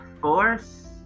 force